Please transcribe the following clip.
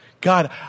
God